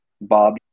Bob